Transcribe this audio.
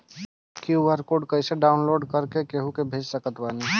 QR code कइसे download कर के केहु के भेज सकत बानी?